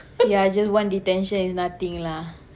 ya just one detention is nothing lah